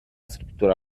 scrittura